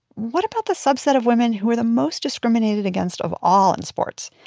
what about the subset of women who are the most discriminated against of all in sports?